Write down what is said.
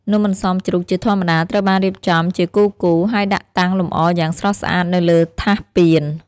នំអន្សមជ្រូក ជាធម្មតាត្រូវបានរៀបចំជាគូរៗ ហើយដាក់តាំងលម្អយ៉ាងស្រស់ស្អាតនៅលើថាសពាន។